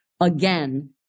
again